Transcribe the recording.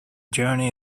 journey